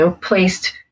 placed